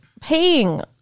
Paying